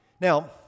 Now